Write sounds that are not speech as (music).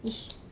(noise)